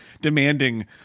demanding